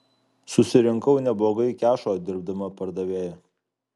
susirinkau neblogai kešo dirbdama pardavėja